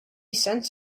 cents